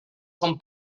son